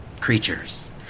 creatures